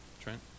Trent